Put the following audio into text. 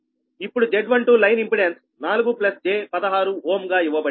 ఇప్పుడు Z12 line impedance 4 j16 Ω గా ఇవ్వబడింది